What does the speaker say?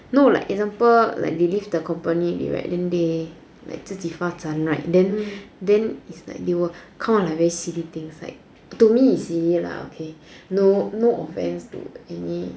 no like example they leave the company already right then they like 自己发展 right then then it's like they will come out with very silly thing like to me it's silly lah no offence to any